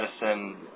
medicine